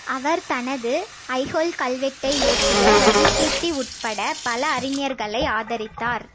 அவர் தனது ஐஹோல் கல்வெட்டை இயற்றிய ரவிகீர்த்தி உட்பட பல அறிஞர்களை ஆதரித்தார்